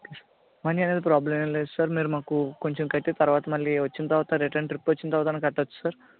money అనేది problem ఏమీ లేదు సార్ మీరు మాకు కొంచెం కట్టి తరువాత మళ్ళీ వచ్చిన తరువాత రిటన్ ట్రిప్ వచ్చిన తరువాత అయినా కట్టవచ్చు సార్